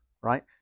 right